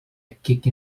kick